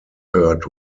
third